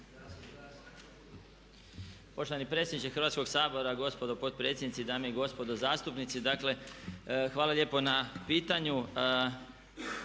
hvala na pitanju.